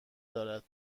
دارد